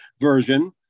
version